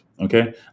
Okay